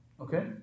Okay